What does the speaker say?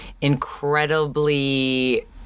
incredibly